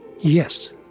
Yes